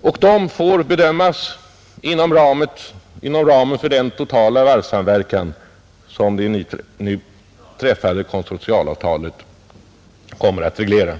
och de får bedömas inom ramen för den totala varvssamverkan som det nu träffade konsortialavtalet kommer att reglera.